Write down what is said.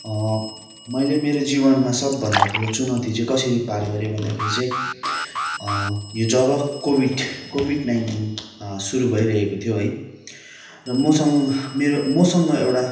मैले मेरो जीवनमा सबभन्दा ठुलो चुनौती चाहिँ कसरी पार गरेँ भन्दाखेरि चाहिँ यो जब कोभिड कोभिड नाइन्टिन सुरु भइरहको थियो है र मसँग मेरो मसँग एउटा